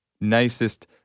nicest